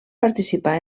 participar